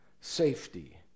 safety